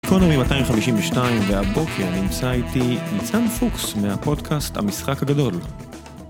אקונומי 252, והבוקר נמצא איתי ניצן פוקס מהפודקאסט המשחק הגדול.